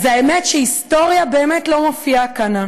אז האמת שהיסטוריה באמת לא מופיעה כאן,